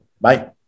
Bye